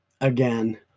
again